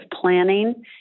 planning